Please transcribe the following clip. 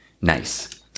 nice